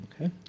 Okay